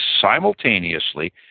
simultaneously